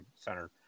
center